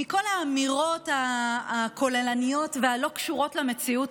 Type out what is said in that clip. מכל האמירות הכוללניות והלא-קשורות למציאות,